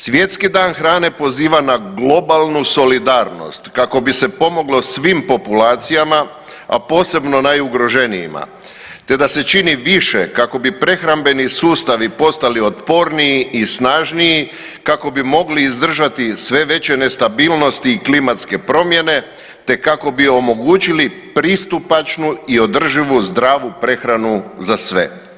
Svjetski dan hrane poziva na globalnu solidarnost kako bi se pomoglo svim populacijama, a posebno najugroženijima te da se čini više kako bi prehrambeni sustavi postali otporniji i snažniji kako bi mogli izdržati sve veće nestabilnosti i klimatske promjene te kako bi omogućili pristupačnu i održivu zdravu prehranu za sve.